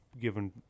given